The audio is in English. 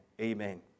amen